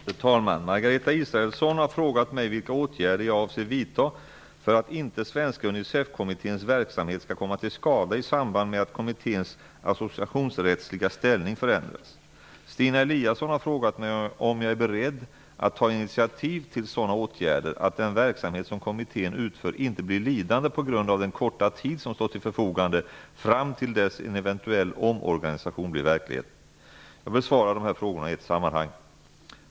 Fru talman! Margareta Israelsson har frågat mig vilka åtgärder jag avser vidta för att inte Svenska Unicefkommitténs verksamhet skall komma till skada i samband med att kommitténs associationsrättsliga ställning förändras. Stina Eliasson har frågat mig om jag är beredd att ta initiativ till sådana åtgärder att den verksamhet som kommittén utför inte blir lidande på grund av den korta tid som står till förfogande fram till dess en eventuell omorganisation blir verklighet. Jag besvarar frågorna i ett sammanhang.